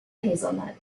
hazelnut